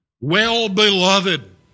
Well-beloved